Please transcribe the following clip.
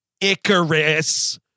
Icarus